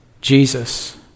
Jesus